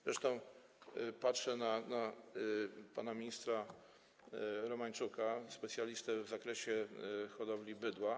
Zresztą patrzę na pana ministra Romańczuka, specjalistę w zakresie hodowli bydła.